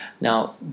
Now